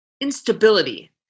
instability